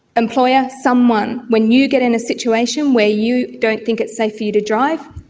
employer, someone. when you get in a situation where you don't think it's safe for you to drive,